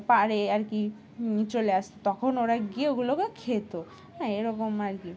পাড়ে আর কি চলে আসতো তখন ওরা গিয়ে ওগুলোকে খেতো হ্যাঁ এরকম আর কি